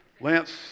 Lance